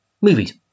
movies